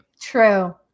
True